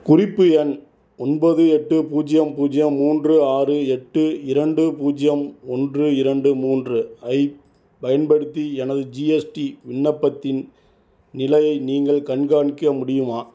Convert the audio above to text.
குறிப்பு எண் ஒன்பது எட்டு பூஜ்ஜியம் பூஜ்ஜியம் மூன்று ஆறு எட்டு இரண்டு பூஜ்ஜியம் ஒன்று இரண்டு மூன்று ஐப் பயன்படுத்தி எனது ஜிஎஸ்டி விண்ணப்பத்தின் நிலையை நீங்கள் கண்காணிக்க முடியுமா